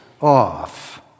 off